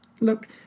look